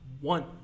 one